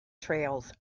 trails